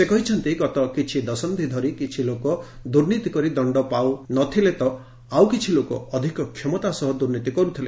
ସେ କହିଛନ୍ତି ଗତ କିଛି ଦଶନ୍ଧି ଧରି କିଛି ଲୋକ ଦୁର୍ନୀତି କରି ଦଣ୍ଡ ପାଉ ନଥିଲେ ତ ଆଉ କିଛି ଲୋକ ଅଧିକ କ୍ଷମତା ସହ ଦୁର୍ନୀତି କରୁଥିଲେ